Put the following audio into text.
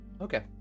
Okay